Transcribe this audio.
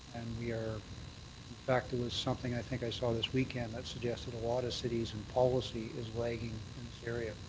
and we are in fact there was something i think i saw this weekend that suggested a lot of cities and policy is lagging in this area.